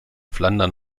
flandern